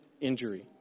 injury